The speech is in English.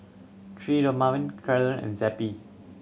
Dermaveen Ceradan and Zappy